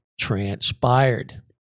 transpired